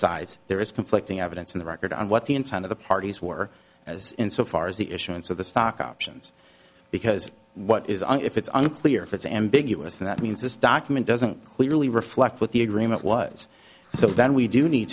sides there is conflicting evidence on the record on what the intent of the parties were as in so far as the issuance of the stock options because what is and if it's unclear if it's ambiguous that means this document doesn't clearly reflect what the agreement was so then we do need